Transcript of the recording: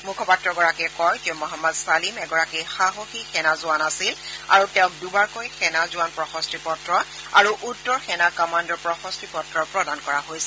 মুখপাত্ৰগৰাকীয়ে কয় যে মহম্মদ চালিম এগৰাকী সাহসী সেনাজোৱান আছিল আৰু তেওঁক দুবাৰকৈ সেনা জোৱান প্ৰশস্তি পত্ৰ আৰু উত্তৰ সেনা কামাণ্ডৰ প্ৰশস্তি পত্ৰ প্ৰদান কৰা হৈছে